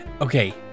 okay